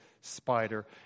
spider